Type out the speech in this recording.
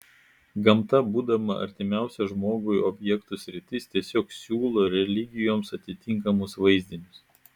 gamta būdama artimiausia žmogui objektų sritis tiesiog siūlo religijoms atitinkamus vaizdinius